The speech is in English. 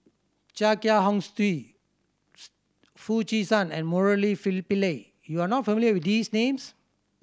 Chia Kiah Hong Steve Foo Chee San and Murali Pillai you are not familiar with these names